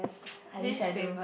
I wished I do